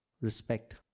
Respect